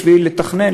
בשביל לתכנן,